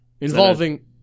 Involving